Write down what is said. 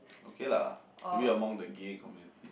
okay lah maybe among the gay community